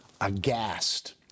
aghast